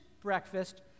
breakfast